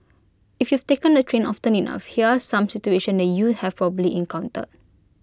if you've taken the train often enough here are some situation that you'd have probably encountered